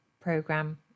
program